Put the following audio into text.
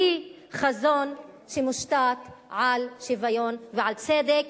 בלי חזון שמושתת על שוויון ועל צדק.